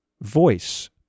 Voice